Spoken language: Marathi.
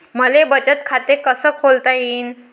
मले बचत खाते कसं खोलता येईन?